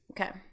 Okay